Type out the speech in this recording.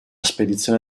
spedizione